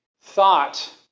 thought